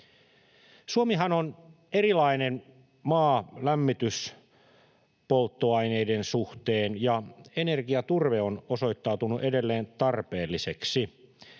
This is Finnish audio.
Suomihan on erilainen maa lämmityspolttoaineiden suhteen, ja energiaturve on osoittautunut edelleen tarpeelliseksi.